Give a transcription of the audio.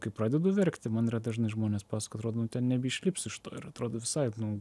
kai pradedu verkti man yra dažnai žmonės pasakoja atrodo nu ten nebeišlipsi iš to ir atrodo visai nu